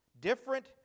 Different